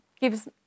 gives